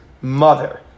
mother